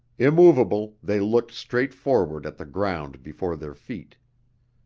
immovable, they looked straight forward at the ground before their feet.